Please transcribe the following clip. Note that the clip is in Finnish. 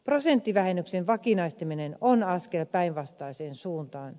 prosenttivähennyksen vakinaistaminen on askel päinvastaiseen suuntaan